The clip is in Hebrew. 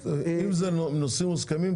אם זה נושאים מוסכמים,